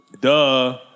Duh